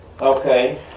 Okay